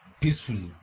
peacefully